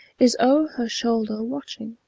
is o'er her shoulder watching,